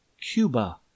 Cuba